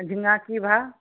झिङ्गा की भाव